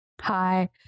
Hi